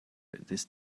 this